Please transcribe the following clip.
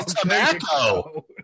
tobacco